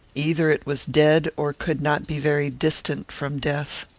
either it was dead, or could not be very distant from death.